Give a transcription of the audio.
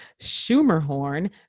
Schumerhorn